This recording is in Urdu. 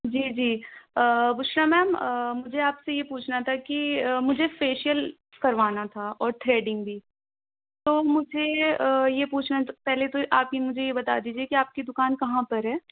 جی جی بشریٰ میم مجھے آپ سے یہ پوچھنا تھا کہ مجھے فیشیل کروانا تھا اور تھریڈنگ بھی تو مجھے یہ یہ پوچھنا پہلے تو آپ یہ مجھے بتا دیجیے کہ آپ کی دُکان کہاں پر ہے